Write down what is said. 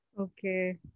Okay